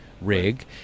rig